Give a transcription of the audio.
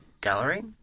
Gallery